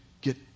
get